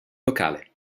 locale